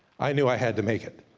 i new i had to make it.